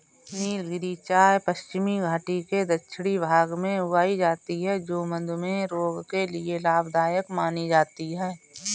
नीलगिरी चाय पश्चिमी घाटी के दक्षिणी भाग में उगाई जाती है जो मधुमेह रोग के लिए लाभदायक मानी जाती है